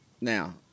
Now